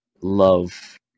love